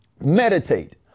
Meditate